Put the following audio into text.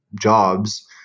jobs